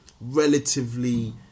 relatively